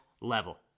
level